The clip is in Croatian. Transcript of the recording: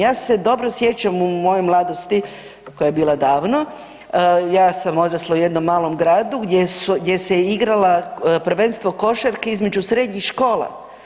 Ja se dobro sjećam u mojoj mladosti, koja je bila davno, ja sam odrasla u jednom malom gradu gdje se igrala prvenstvo košarke između srednjih škola.